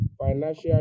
financial